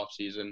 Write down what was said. offseason